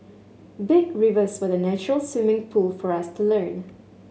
big rivers were the natural swimming pool for us to learn